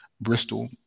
Bristol